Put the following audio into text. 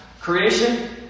creation